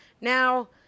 Now